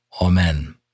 Amen